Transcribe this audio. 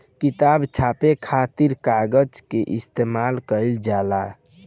किताब छापे खातिर कागज के इस्तेमाल कईल जाला